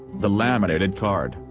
the laminated card,